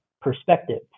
perspective